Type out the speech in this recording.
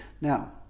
Now